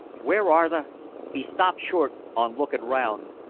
where are the he stopped short on looking round,